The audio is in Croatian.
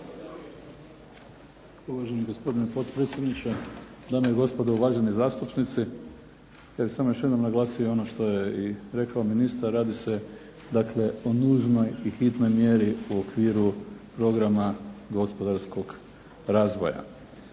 Uvaženi gospodine potpredsjedniče, dame i gospodo uvaženi zastupnici. Ja bih još jednom samo naglasio ono što je i rekao ministar. Radi se, dakle o nužnoj i hitnoj mjeri u okviru programa gospodarskog razvoja.